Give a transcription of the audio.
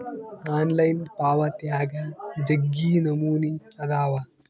online ಪಾವಾತ್ಯಾಗ ಜಗ್ಗಿ ನಮೂನೆ ಅದಾವ